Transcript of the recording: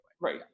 Right